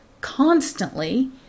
constantly